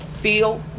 feel